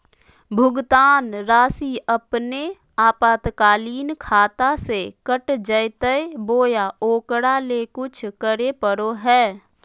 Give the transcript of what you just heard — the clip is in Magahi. भुक्तान रासि अपने आपातकालीन खाता से कट जैतैय बोया ओकरा ले कुछ करे परो है?